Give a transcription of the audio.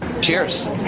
Cheers